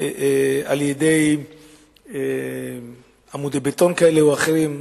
על-ידי עמודי בטון כאלה ואחרים,